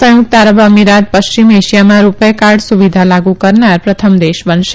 સંયુકત આરબ અમીરાત પશ્ચિમ એશિયામાં રૂપે કાર્ડ સુવિધા લાગુ કરનાર પ્રથમ દેશ બનશે